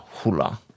hula